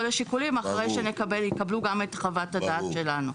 השיקולים אחרי שהיא תקבל את חוות הדעת שלנו.